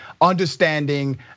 understanding